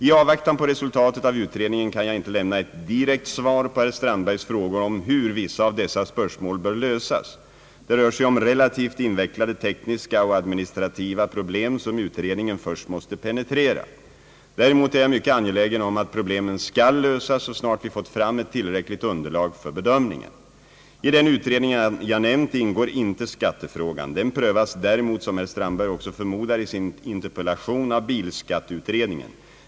I avvaktan på resultatet av utredningen kan jag inte lämna ett direkt svar på herr Strandbergs frågor om hur vissa av dessa spörsmål bör lösas. Det rör sig om relativt invecklade tekniska och administrativa problem som utredningen först måste penetrera. Däremot är jag mycket angelägen om att problemen skall lösas så snart vi fått fram ett tillräckligt underlag för bedömningen. I den utredning jag nämnt ingår inte skattefrågan. Den prövas däremot, som herr Strandberg också förmodar i sin interpellation, av bilskatteutredningen.